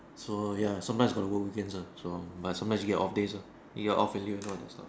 so ya sometimes gonna work weekends ah so but sometimes you get off days ah you got off and leave as well lah